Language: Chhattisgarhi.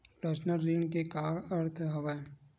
पर्सनल ऋण के का अर्थ हवय?